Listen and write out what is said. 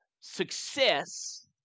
success